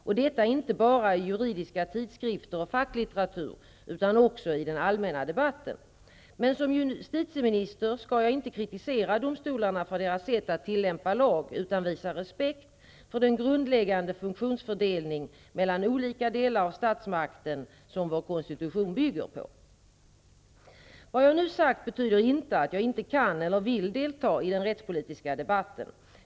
Och detta skall inte bara ske i juridiska tidskrifter och facklitteratur utan också i den allmänna debatten. Men som justitieminister skall jag inte kritisera domstolarna för deras sätt att tillämpa lag utan visa respekt för den grundläggande funktionsfördelning mellan olika delar av statsmakten som vår konstitution bygger på. Vad jag nu sagt betyder inte att jag inte kan eller vill delta i den rättspolitiska debatten.